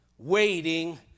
Waiting